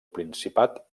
principat